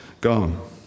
gone